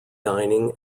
dining